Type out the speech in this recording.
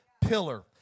pillar